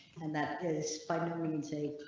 and that is funny when you take.